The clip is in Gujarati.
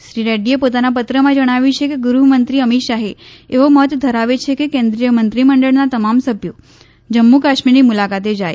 શ્રી રેડ્ડીએ પોતાના પત્રમાં જણાવ્યું છે કે ગૃહમંત્રી અમિત શાહે એવો મત ધરાવે છે કે કેન્દ્રીય મંત્રીમંડળના તમામ સભ્યો જમ્મુ કાશ્મીરની મુલાકાતે જાય